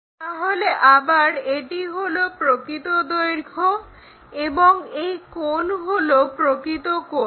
তাহলে আবার এটি হলো প্রকৃত দৈর্ঘ্য এবং এই কোণ হলো প্রকৃত কোণ